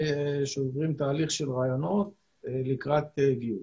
שהם עוברים תהליך של ראיונות לקראת גיוס.